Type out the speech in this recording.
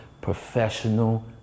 professional